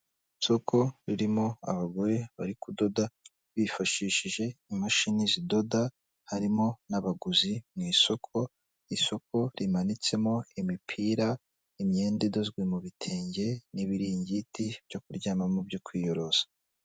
Isoko ririmo abagore bari kudoda bifashishije imashini zidoda, harimo n'abaguzi mu isoko, isoko rimanitsemo imipira, imyenda idozwe mu bitenge n'ibiringiti byo kuryamamo byo kwiyorosa.